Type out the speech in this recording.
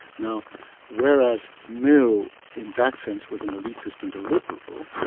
now whereas mill in that sense was an elitist and a liberal,